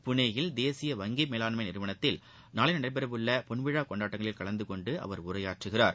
புனேயில் தேசிய வங்கி மேலாண்மை நிறுவனத்தில் நாளை நடைபெற உள்ள பொன்விழா கொண்டாட்டங்களில் கலந்துகொண்டு அவர் உரையாற்றுகிறார்